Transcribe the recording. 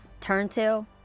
turntail